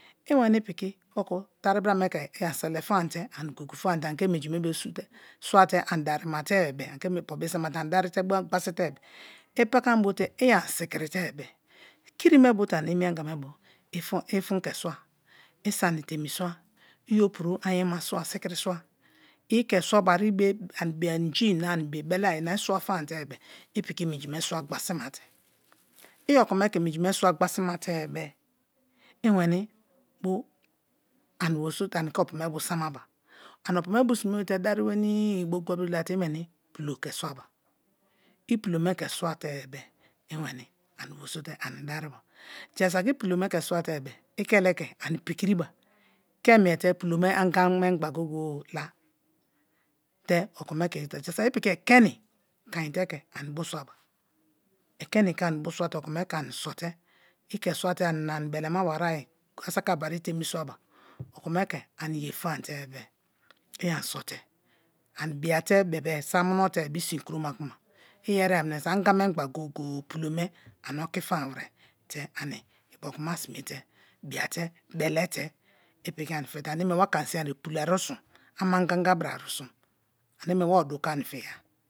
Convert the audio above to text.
I weni piki meku tar bra ne ke ani sele fam te ani gugu fam te ani ke minji me bo su te swate ani darimate, ani ke mu opo bo sama te ani darite bo nni na gbasite be-e i pakam bote i ani sikiri te bebe-e kiri me te ani emi anga me bo i fua ke swa ba i sani femi swa, i opro ayima swa sikiri swa, i ke swabari be ani be inji na ani be beleye na i swa fanmate bebe i piki minjime swa gbasi ma te-e i weni bo ani weri so te ani ke opo me bo samaba ani opo me sime te duri weni bo gbori bini la-ta i meni pulo ke swaba i pulo me ke swate bebe-e i weni ani weri so te ani deriba jasiaki i pulo me ke swa te behere i kile ke ani pikiriba ke miefe pulo me anga me gba go-ge-e la te oko me ke yete jasiaki i piki ekeni kain te ke amido swaba, ekeni ke ani bo swate okome ke ani so-te i ke swate ani belema wa ayi, asakabari temi swaba oleome ke ani ye famate bebe-e i ani so te ani bia te bebe-e samuno te be i sin keoma kuma iyene mineso anga me gba go-go-e pulo me ani oki fam were te ani ibioku ma sime to biate belete i piki ani fi te aneme wa ke ani sin ye pulo arusun, ama ganga bra arusum ane me wa odu ke ani fiya.